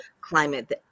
climate